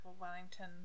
Wellington